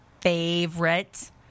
favorite